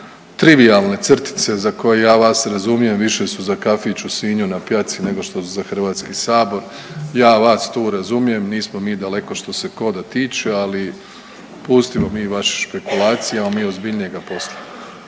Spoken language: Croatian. trivijalne crtice za koje ja vas razumijem, više su za kafić u Sinju na pijaci nego što su za HS. Ja vas tu razumijem, nismo mi daleko što se koda tiče, ali pustimo mi vaše špekulacije, imamo mi ozbiljnijega posla.